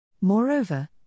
Moreover